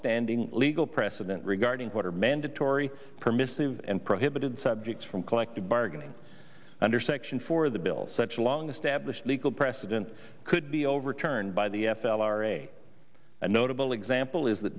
longstanding legal precedent regarding what are mandatory permissive and prohibited subjects from collective bargaining under section four of the bill such a long established legal precedent could be overturned by the f l r a a notable example is th